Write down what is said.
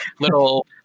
little